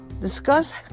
Discuss